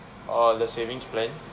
orh the savings plan